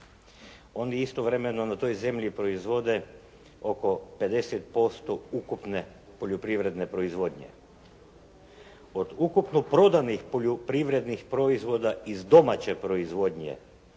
Oni istovremeno na toj zemlji proizvode oko 50% ukupne poljoprivredne proizvodnje. Od ukupno prodanih poljoprivrednih proizvoda iz domaće proizvodnje